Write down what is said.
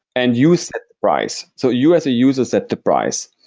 and you set the price. so you as a user set the price.